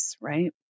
right